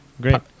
Great